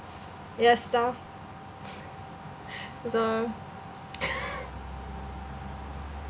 ya stuff so